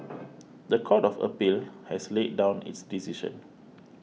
the Court of Appeal has laid down its decision